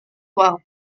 well